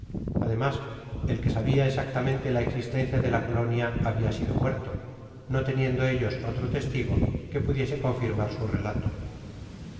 ademas el que sabia exactamente la existencia de la colonia habia sido muerto no teniedo ellos otro testigo que pudiese confirmar su relato